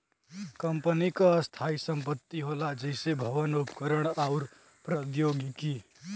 company क स्थायी संपत्ति होला जइसे भवन, उपकरण आउर प्रौद्योगिकी